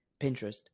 Pinterest